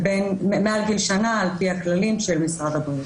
ומעל גיל שנה על-פי הכללים של משרד הבריאות.